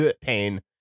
pain